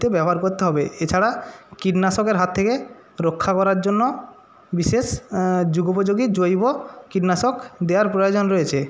এতে ব্যবহার করতে হবে এছাড়া কীটনাশকের হাত থেকে রক্ষা করার জন্য বিশেষ যুগোপযোগী জৈব কীটনাশক দেয়ার প্রয়োজন রয়েছে